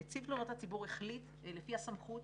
נציב תלונות הציבור החליט, לפי הסמכות